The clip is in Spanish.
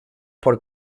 por